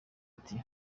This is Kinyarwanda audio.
ati